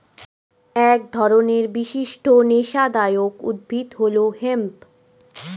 এক ধরনের বিশিষ্ট নেশাদায়ক উদ্ভিদ হল হেম্প